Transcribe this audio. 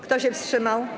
Kto się wstrzymał?